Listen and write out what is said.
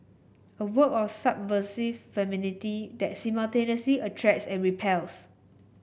a work of subversive femininity that simultaneously attracts and repels